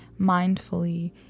mindfully